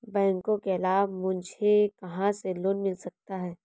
बैंकों के अलावा मुझे कहां से लोंन मिल सकता है?